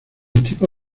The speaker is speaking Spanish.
tipo